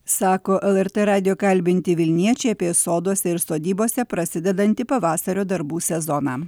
sako lrt radijo kalbinti vilniečiai apie soduose ir sodybose prasidedantį pavasario darbų sezoną